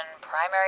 primary